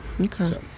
okay